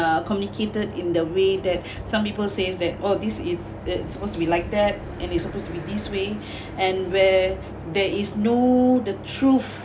uh communicated in the way that some people says that oh this is it supposed to be like that and it's supposed to be this way and where there is no the truth